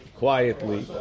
quietly